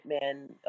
man